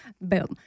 Boom